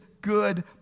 good